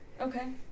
Okay